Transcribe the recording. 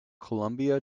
colombia